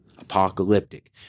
Apocalyptic